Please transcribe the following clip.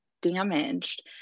damaged